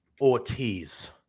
Ortiz